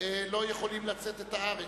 שלא היו יכולים לצאת את הארץ,